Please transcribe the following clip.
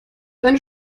einen